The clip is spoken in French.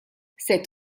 cet